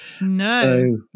No